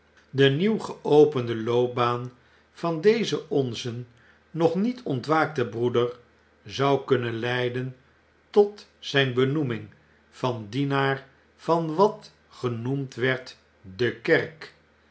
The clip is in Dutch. de nieuw geopende loopbaan van dezen onzen nog niet ontwaakten broeder zou kunnen leiden tot zjjn benoeming van dienaar van wat genoemd werd de kerk